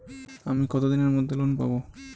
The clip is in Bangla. আমি কতদিনের মধ্যে লোন পাব?